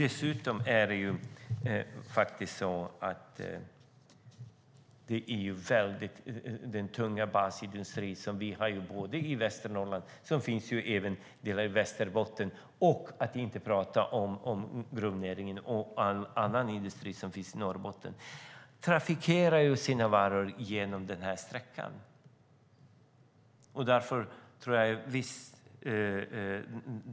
Dessutom transporterar den tunga basindustrin som finns i Västernorrland och Västerbotten, - för att inte tala om gruvnäringen och annan industri - sina varor på den här sträckan.